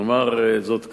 נאמר זאת כך.